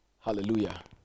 Hallelujah